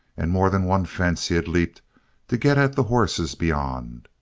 and more than one fence he had leaped to get at the horses beyond.